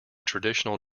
traditional